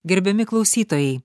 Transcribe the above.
gerbiami klausytojai